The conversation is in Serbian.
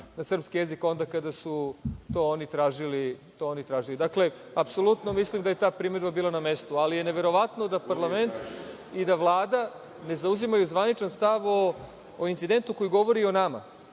na srpski jezik onda kada su to oni tražili. Dakle, apsolutno mislim da je ta primedba bila na mestu, ali je neverovatno da parlament i da Vlada ne zauzimaju zvaničan stav o incidentu koji govori o nama